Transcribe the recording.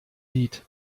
lied